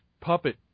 puppet